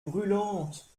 brûlantes